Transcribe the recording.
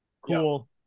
Cool